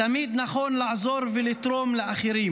תמיד נכון לעזור ולתרום לאחרים.